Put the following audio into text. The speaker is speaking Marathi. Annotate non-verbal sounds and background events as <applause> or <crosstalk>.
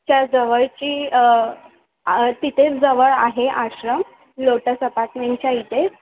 <unintelligible> जवळची तिथेच जवळ आहे आश्रम लोटस अपार्टमेंटच्या इथे